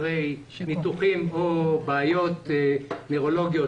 אחרי ניתוחים או בעיות נוירולוגיות